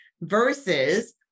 versus